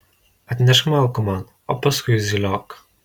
atnešk malkų man o paskui zyliok